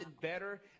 better